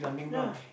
ya